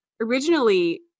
originally